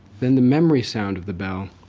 then the memory sound of the bell,